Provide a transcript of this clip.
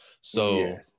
So-